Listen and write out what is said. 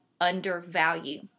undervalue